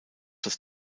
das